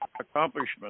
accomplishments